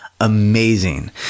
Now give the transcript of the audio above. amazing